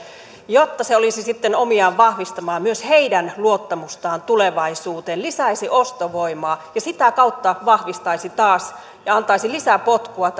että se olisi sitten omiaan vahvistamaan myös heidän luottamustaan tulevaisuuteen lisäisi ostovoimaa ja sitä kautta taas vahvistaisi ja antaisi lisäpotkua